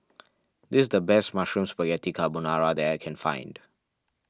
this is the best Mushroom Spaghetti Carbonara that I can find